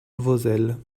vauzelles